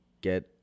get